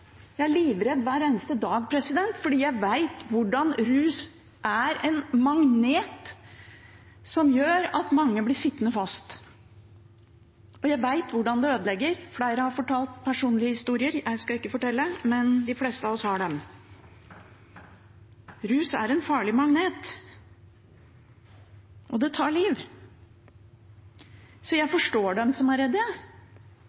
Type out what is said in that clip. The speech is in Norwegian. Jeg er livredd hver eneste dag fordi jeg vet at rus er en magnet som gjør at mange blir sittende fast, og jeg vet hvordan det ødelegger. Flere har fortalt personlige historier. Jeg skal ikke fortelle, men de fleste av oss har dem. Rus er en farlig magnet, og det tar liv. Så jeg forstår dem som er